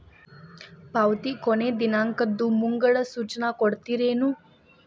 ಪಾವತಿ ಕೊನೆ ದಿನಾಂಕದ್ದು ಮುಂಗಡ ಸೂಚನಾ ಕೊಡ್ತೇರೇನು?